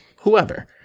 whoever